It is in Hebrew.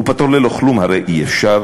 ופטור בלא כלום הרי אי-אפשר.